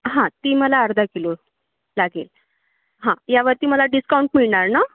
हां ती मला अर्धा किलो लागेल हा यावरती मला डिस्काउंट मिळणार ना